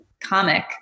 comic